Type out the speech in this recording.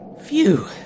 Phew